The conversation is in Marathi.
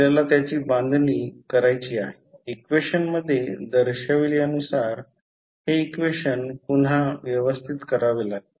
आपल्याला त्याची बांधणी करायची आहे इक्वेशनात दाखविल्यानुसार हे इक्वेशन पुन्हा व्यवस्थित करावे लागेल